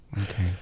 Okay